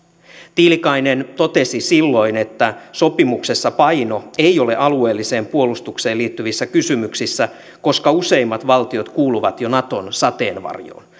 tiilikainen totesi silloin että sopimuksessa paino ei ole alueelliseen puolustukseen liittyvissä kysymyksissä koska useimmat valtiot kuuluvat jo naton sateenvarjoon